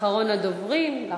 אחרון הדוברים.